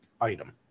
item